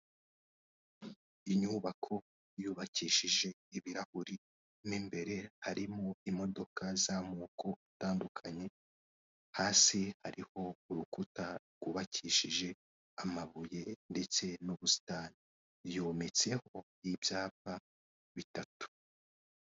Inyubako yubakishije ibirahuri, mo imbere harimo imodoka z'amoko atandukanye, hasi hariho urukuta rwukishije amabuye ndetse n'ubusitani, yometseho ibyapa bitatu.